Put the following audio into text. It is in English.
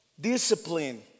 discipline